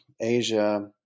asia